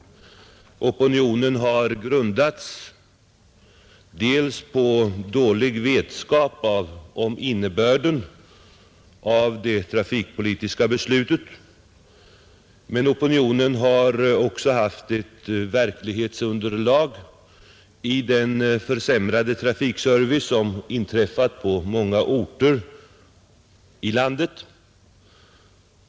Den har till en del grundats på dålig vetskap om innebörden av det trafikpolitiska beslutet, men har också haft ett verklighetsunderlag i den försämrade trafikservice som blivit ett faktum på många orter i landet.